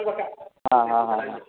હા હા હા